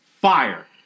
fire